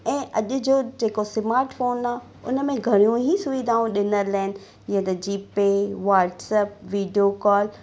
ऐं अॼु जो जेको स्मार्ट फ़ोन आहे उनमें घणियूं ई सुविधाऊं ॾिनल आहिनि जीअं त G pay WhatsApp video call